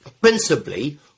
principally